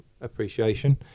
appreciation